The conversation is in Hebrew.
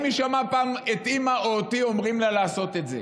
אם היא שמעה פעם את אימא או אותי אומרים לה לעשות את זה,